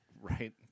Right